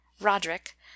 Roderick